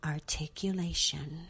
Articulation